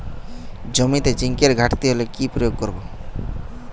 জমিতে জিঙ্কের ঘাটতি হলে কি প্রয়োগ করব?